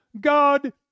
God